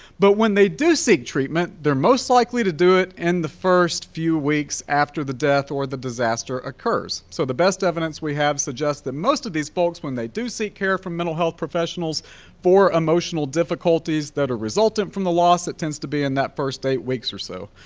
but when they do seek treatment, they're most likely to do it in and the first few weeks after the death or the disaster occurs. so the best evidence we have suggests that most of these folks, when they do seek care from mental health professionals for emotional difficulties that are resulted from the loss, that tends to be in that first eight weeks or so.